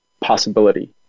possibility